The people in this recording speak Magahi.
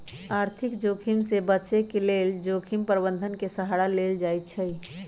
आर्थिक जोखिम से बचे के लेल जोखिम प्रबंधन के सहारा लेल जाइ छइ